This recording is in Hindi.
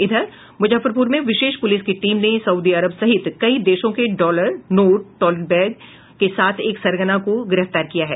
इधर मुजफ्फरपुर में विशेष पुलिस की टीम ने साउदी अरब सहित कई देशों के डॉलर नोट ट्रॉली बैग के साथ एक सरगना को गिरफ्तार किया है